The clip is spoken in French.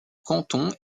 canton